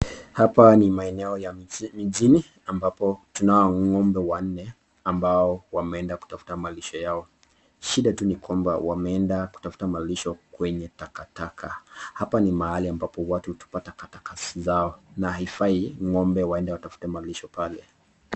Hapa ni maeneo ya mijini , ambapo tunao ngombe wanne ambao wameenda kutafuta malisho yao. Shida tu ni kwamba wameenda kutafuta malisho kwenye takataka. Hapa ni mahali ambapo watu hutupa takataka zao na haifai ngombe waende watafute malisho pale.